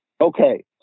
okay